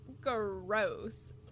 Gross